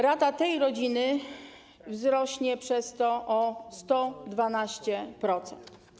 Rata tej rodziny wzrośnie przez to o 112%.